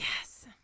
Yes